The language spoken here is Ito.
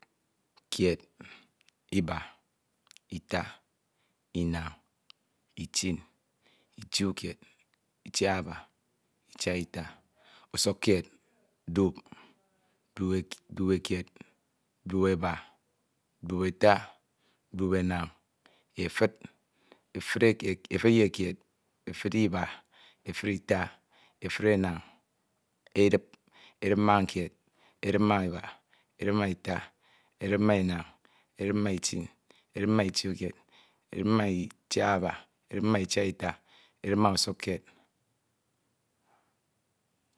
. kied. iba. ita. inañ. itin. ituikied. itiahaba. itia ita. usukkied. dup. du dupehied. dupeba. dupota. dupenañ, efud. efud ye kied. efudiba efudita. efudemñ. edip. edipma mkied. edip ma iba. edip ma ita. edip ma inañ. edip ma iba. edip ma ita. edip ma inañ. edip ma itiñ. edip nnituikied. edip mma miahaba. echip ma itia iat. edip ma usukkied.